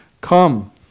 Come